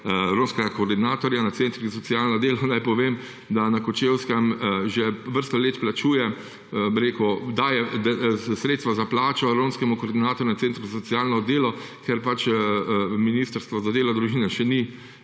romskega koordinatorja na centrih za socialno delo. Naj povem, da se na Kočevskem že vrsto let plačuje, daje sredstva za plačo romskemu koordinatorju na centru za socialno delo, ker ministrstvo za delo, družino še ni